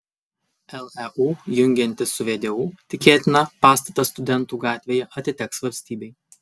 leu jungiantis su vdu tikėtina pastatas studentų gatvėje atiteks valstybei